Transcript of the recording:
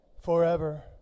Forever